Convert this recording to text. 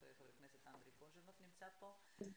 חבר הכנסת אנדרי קוז'ינוב נמצא פה,